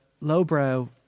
lowbrow